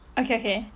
okay okay